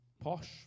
Posh